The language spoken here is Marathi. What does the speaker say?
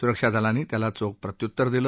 सुरक्षा दलांनी त्याला चोख प्रत्युत्तर दिलं